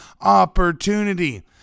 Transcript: opportunity